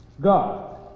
God